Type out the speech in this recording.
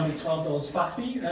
um twelve dollars fufty.